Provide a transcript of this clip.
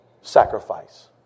sacrifice